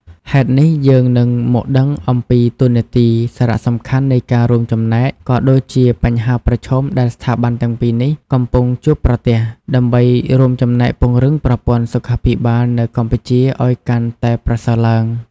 ហេតុនេះយើងនឹងមកដឹងអំពីតួនាទី សារៈសំខាន់នៃការរួមចំណែក ក៏ដូចជាបញ្ហាប្រឈមដែលស្ថាប័នទាំងពីរនេះកំពុងជួបប្រទះ ដើម្បីរួមចំណែកពង្រឹងប្រព័ន្ធសុខាភិបាលនៅកម្ពុជាឱ្យកាន់តែប្រសើរឡើង។